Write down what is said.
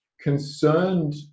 concerned